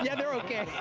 yeah they're okay.